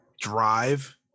drive